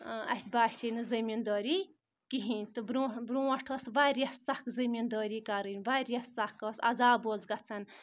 اَسہِ باسے نہٕ زٔمیٖندٲری کِہیٖنۍ تہٕ برونہہ برونٛٹھ برونٛٹھ ٲس واریاہ سخ زٔمیٖندٲری کَرٕنۍ واریاہ سخ ٲس عزاب اوس گژھان